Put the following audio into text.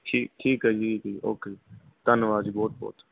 ਠੀਕ ਠੀਕ ਹੈ ਜੀ ਠੀਕ ਓਕੇ ਧੰਨਵਾਦ ਜੀ ਬਹੁਤ ਬਹੁਤ